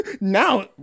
now